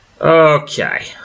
Okay